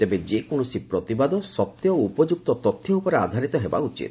ତେବେ ଯେକୌଣସି ପ୍ରତିବାଦ ସତ୍ୟ ଓ ଉପଯୁକ୍ତ ତଥ୍ୟ ଆଧାରିତ ହେବା ଉଚିତ